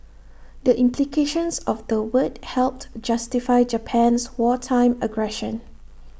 the implications of the word helped justify Japan's wartime aggression